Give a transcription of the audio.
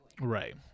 Right